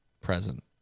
present